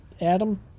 adam